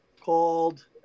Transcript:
called